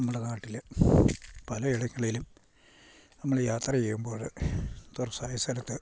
നമ്മുടെ നാട്ടിൽ പല ഇടങ്ങളിലും നമ്മൾ യാത്ര ചെയ്യുമ്പോൾ തുറസ്സായ സ്ഥലത്ത്